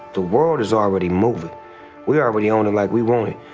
the world is already moving we're already on it like we want it.